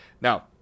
now